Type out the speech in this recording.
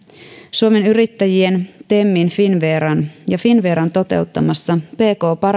suomen yrittäjien temin ja finnveran toteuttamassa pk